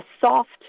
soft